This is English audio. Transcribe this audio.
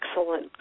excellent